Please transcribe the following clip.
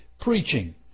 preaching